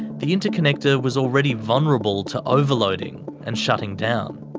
the interconnector was already vulnerable to overloading and shutting down.